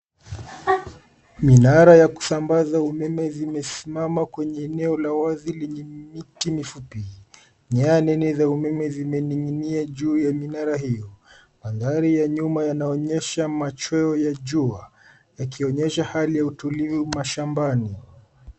Minara ya kusambaza umeme zimesimama kwenye eneo la wazi lenye miti mifupi. Nyaya nene za umeme zimening'inia juu ya minara hiyo. Mandhari ya nyuma yanaonyesha machweo ya jua. Yakionyesha hali ya utulivu mashambani.